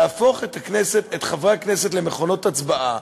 להפוך את חברי הכנסת למכונות הצבעה,